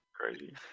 Crazy